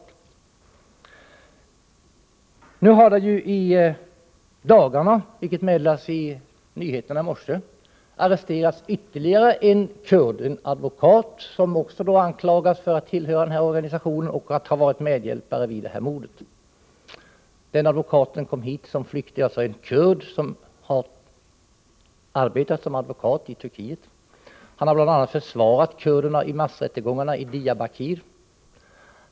Det är oacceptabelt. I dagarna har, vilket meddelades i nyhetsutsändningarna i radio i morse, NERE ytterligare en kurd arresterats, en advokat, som också anklagas för att Utlänningsärenden tillhöra organisationen PKK och för att ha varit medhjälpare vid mordet i Uppsala. Den här mannen är som sagt kurd och har arbetat som advokat i Turkiet. Han har bl.a. försvarat kurderna i massrättegångarna i Diyabakir.